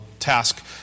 Task